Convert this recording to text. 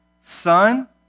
Son